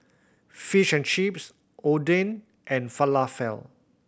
Fish and Chips Oden and Falafel